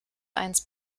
eins